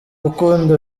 rukundo